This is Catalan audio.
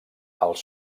els